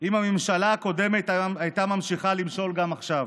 אם הממשלה הקודמת הייתה ממשיכה למשול גם עכשיו.